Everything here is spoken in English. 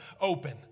open